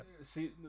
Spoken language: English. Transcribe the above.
see